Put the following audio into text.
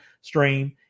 stream